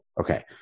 Okay